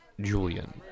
Julian